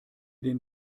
den